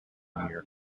here